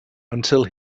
until